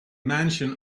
mansion